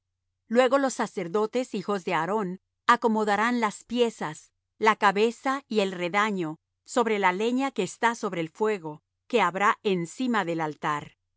luego los sacerdotes hijos de aarón acomodarán las piezas la cabeza y el redaño sobre la leña que está sobre el fuego que habrá encima del altar